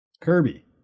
Kirby